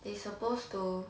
they supposed to